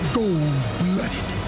gold-blooded